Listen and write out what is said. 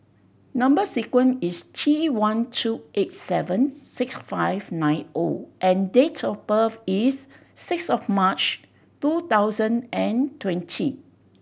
number sequence is T one two eight seven six five nine O and date of birth is six of March two thousand and twenty